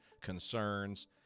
concerns